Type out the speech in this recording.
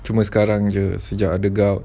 cuma sekarang jer kerana ada